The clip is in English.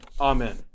Amen